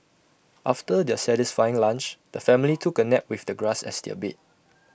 after their satisfying lunch the family took A nap with the grass as their bed